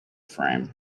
frame